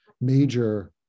major